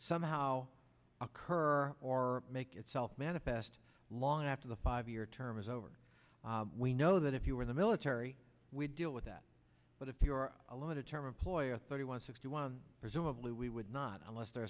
somehow occur or make itself manifest long after the five year term is over we know that if you're in the military we deal with that but if you're a loaded term employer thirty one sixty presumably we would not unless the